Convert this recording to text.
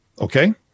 okay